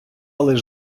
лиш